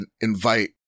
invite